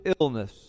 illness